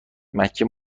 مکه